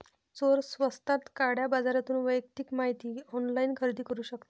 चोर स्वस्तात काळ्या बाजारातून वैयक्तिक माहिती ऑनलाइन खरेदी करू शकतात